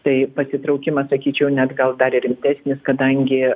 tai pasitraukimas sakyčiau net gal dar ir rimtesnis kadangi